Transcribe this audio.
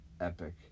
epic